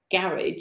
garage